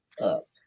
up